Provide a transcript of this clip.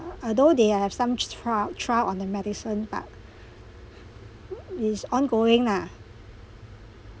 although they have some tr~trial trial on the medicine but is ongoing lah